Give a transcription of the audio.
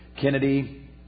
Kennedy